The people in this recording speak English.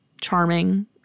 charming